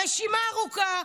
הרשימה ארוכה,